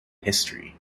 history